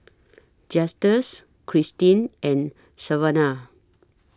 Justus Kristin and Savana